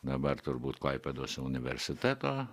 dabar turbūt klaipėdos universiteto